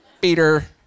Peter